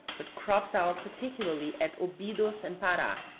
but crops out particularly at obidos and para.